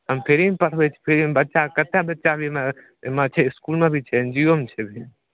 हम फ्रीमे पढ़बैत छी फ्रीमे बच्चा कतेक बच्चा अभी एमहर छै इसकुलमे भी छै एन्जियोमे छै भी